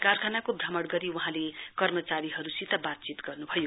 कारखानाको भ्रमण गरी वहाँले कर्मचारीहरुसित बातचीत गर्न्भयो